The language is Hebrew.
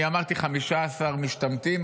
אני אמרתי: 15 משתמטים,